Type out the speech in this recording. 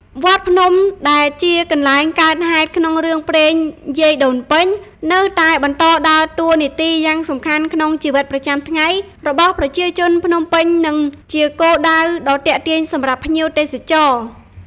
វត្តភ្នំ ដែលជាកន្លែងកើតហេតុក្នុងរឿងព្រេងយាយដូនពេញ នៅតែបន្តដើរតួនាទីយ៉ាងសំខាន់ក្នុងជីវិតប្រចាំថ្ងៃរបស់ប្រជាជនភ្នំពេញ និងជាគោលដៅដ៏ទាក់ទាញសម្រាប់ភ្ញៀវទេសចរ។